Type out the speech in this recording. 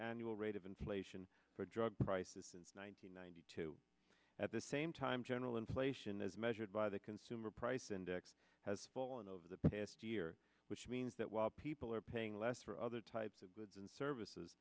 annual rate of inflation for drug prices since one thousand nine hundred two at the same time general inflation as measured by the consumer price index has fallen over the past year which means that while people are paying less for other types of goods and services